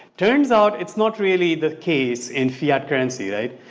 turns out, it's not really the case in fiat currency right?